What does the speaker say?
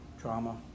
trauma